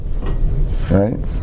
Right